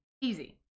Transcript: Easy